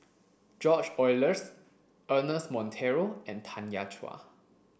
George Oehlers Ernest Monteiro and Tanya Chua